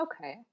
Okay